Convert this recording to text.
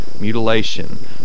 mutilation